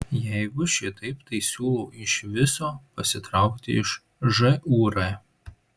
jeigu šitaip tai siūlau iš viso pasitraukti iš žūr